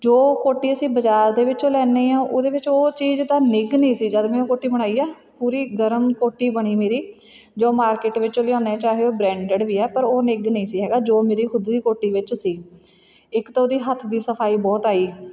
ਜੋ ਕੋਟੀ ਅਸੀਂ ਬਜ਼ਾਰ ਦੇ ਵਿੱਚੋਂ ਲੈਂਦੇ ਹਾਂ ਉਹਦੇ ਵਿੱਚ ਉਹ ਚੀਜ਼ ਦਾ ਨਿੱਘ ਨਹੀਂ ਸੀ ਜਦ ਮੈਂ ਉਹ ਕੋਟੀ ਬਣਾਈ ਆ ਪੂਰੀ ਗਰਮ ਕੋਟੀ ਬਣੀ ਮੇਰੀ ਜੋ ਮਾਰਕੀਟ ਵਿੱਚੋਂ ਲਿਆਉਂਦੇ ਚਾਹੇ ਉਹ ਬ੍ਰੈਂਡਡ ਵੀ ਹੈ ਪਰ ਉਹ ਨਿੱਘ ਨਹੀਂ ਸੀ ਹੈਗਾ ਜੋ ਮੇਰੀ ਖੁਦ ਦੀ ਕੋਟੀ ਵਿੱਚ ਸੀ ਇੱਕ ਤਾਂ ਉਹਦੀ ਹੱਥ ਦੀ ਸਫਾਈ ਬਹੁਤ ਆਈ